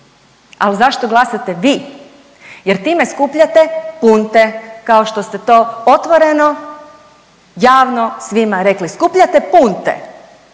Ali zašto glasate vi? Jer time skupljate punte. Kao što ste to otvoreno, javno svima rekli, skupljate punte